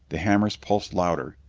the hammers pulsed louder.